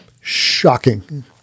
Shocking